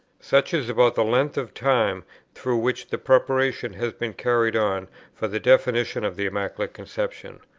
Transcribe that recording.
such is about the length of time through which the preparation has been carried on for the definition of the immaculate conception.